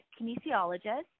kinesiologist